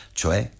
cioè